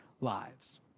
lives